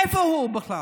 איפה הוא בכלל?